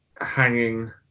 hanging